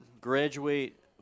graduate